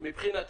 מבחינתה?